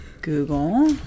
Google